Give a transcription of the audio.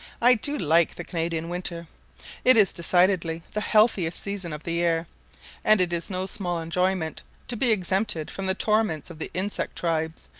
i do like the canadian winter it is decidedly the healthiest season of the year and it is no small enjoyment to be exempted from the torments of the insect tribes,